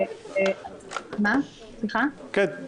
סליחה?